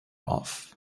off